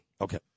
Okay